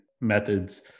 methods